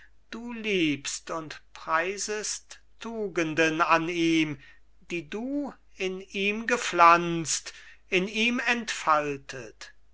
du liebst und preisest tugenden an ihm die du in ihm gepflanzt in ihm entfaltet